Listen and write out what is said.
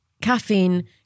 caffeine